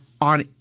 on